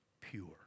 pure